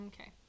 okay